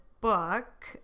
book